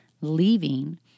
leaving